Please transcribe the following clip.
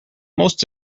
most